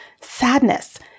sadness